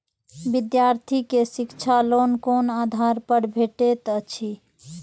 विधार्थी के शिक्षा लोन कोन आधार पर भेटेत अछि?